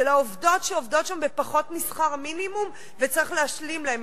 של העובדות שעובדות שם בפחות משכר מינימום וצריך להשלים להן,